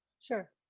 Sure